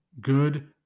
good